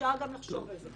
אפשר לחשוב על זה.